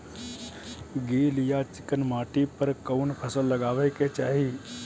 गील या चिकन माटी पर कउन फसल लगावे के चाही?